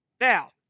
Now